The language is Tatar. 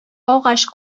агач